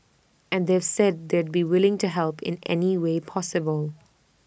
and they've said they'd be willing to help in any way possible